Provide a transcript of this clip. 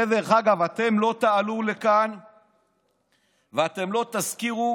דרך אגב, אתם לא תעלו לכאן ואתם לא תזכירו